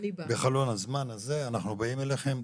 בחלון הזמן הזה אנחנו באים אליכם,